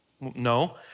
No